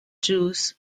jews